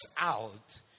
out